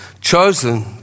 Chosen